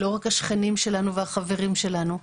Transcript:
לא רק השכנים והחברים שלנו.